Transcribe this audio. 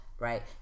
Right